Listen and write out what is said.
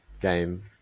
game